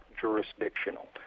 jurisdictional